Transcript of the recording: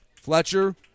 Fletcher